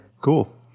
Cool